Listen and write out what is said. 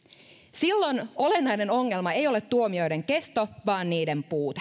silloin olennainen ongelma ei ole tuomioiden kesto vaan niiden puute